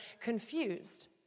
confused